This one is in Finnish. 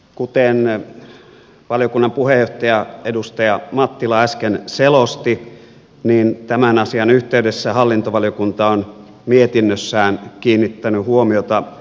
kuten valiokunnan puheenjohtaja edustaja mattila äsken selosti tämän asian yhteydessä hallintovaliokunta on mietinnössään kiinnittää huomiota